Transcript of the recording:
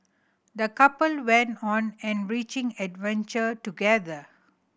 the couple went on enriching adventure together